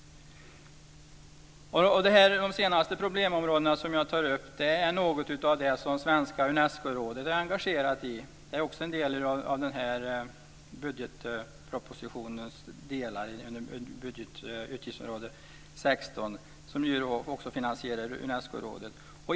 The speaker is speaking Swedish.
De senaste problemområdena som jag tar upp är något av det som det svenska Unescorådet är engagerat i. Det är också del av den här budgetpropositionen under utgiftsområde 16 som ju även finansierar Unescorådet.